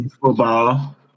Football